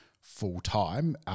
full-time